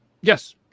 Yes